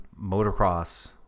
motocross